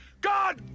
God